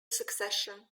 succession